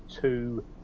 two